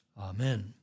Amen